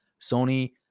Sony